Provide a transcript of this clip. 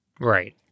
Right